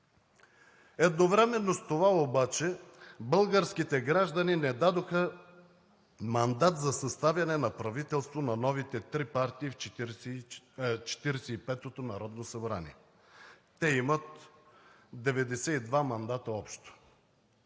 Едновременно с това обаче, българските граждани не дадоха мандат за съставяне на правителство на новите три партии в 45-ото народно събрание. Те имат общо 92 мандата.